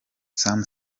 sam